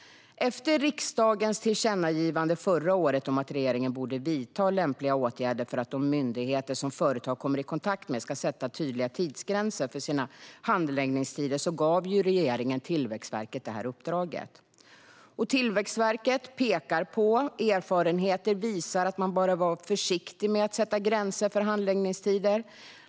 Efter riksdagens tillkännagivande förra året om att regeringen borde vidta lämpliga åtgärder för att de myndigheter som företag kommer i kontakt med ska sätta tydliga tidsgränser för sina handläggningstider gav regeringen Tillväxtverket det här uppdraget. Tillväxtverket pekar på att "erfarenheter visar att man bör vara försiktig med att sätta gränser för handläggningstider".